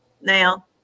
Now